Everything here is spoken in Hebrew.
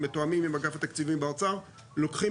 שהם מתואמים עם אגף תקציבים באוצר לוקחים